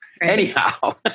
Anyhow